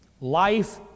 Life